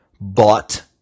bought